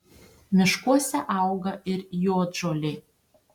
miškuose auga ir juodžolė